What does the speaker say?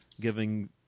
giving